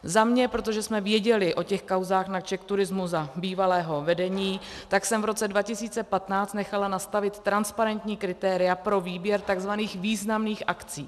Za mě, protože jsme věděli o těch kauzách na CzechTourismu za bývalého vedení, tak jsem v roce 2015 nechala nastavit transparentní kritéria pro výběr takzvaných významných akcí.